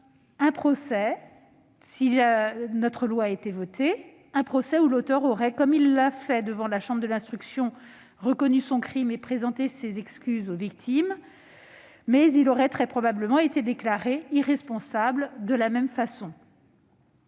Un procès public aurait eu lieu, durant lequel l'auteur aurait, comme il l'a fait devant la chambre de l'instruction, reconnu son crime et présenté ses excuses aux victimes. Il aurait, très probablement, été déclaré irresponsable de la même façon.